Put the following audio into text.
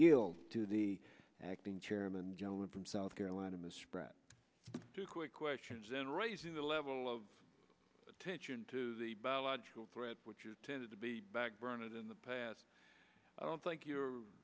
to the acting chairman gentleman from south carolina mr brett two quick questions in raising the level of attention to the biological threat which you tended to be back burn it in the past i don't think you